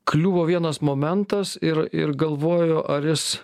kliuvo vienas momentas ir ir galvojo ar jis